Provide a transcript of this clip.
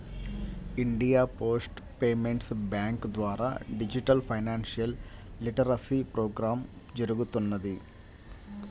India post payments bank ద్వారా digital financial literacy programme జరుగుతున్నది